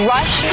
Rush